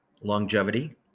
longevity